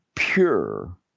Pure